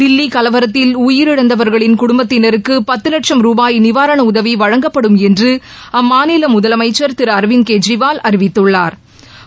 தில்லிகலவரத்தில் உயிரிழந்தவர்களின் குடும்பத்தினருக்குபத்துவட்சும் ரூபாய் நிவாரணஉதவிவழங்கப்படும் என்றுஅம்மாநிலமுதலமைச்சா் திருஅரவிந்த் கெஜ்ரிவால் அறிவித்துள்ளாா்